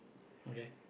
okay